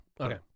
Okay